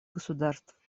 государств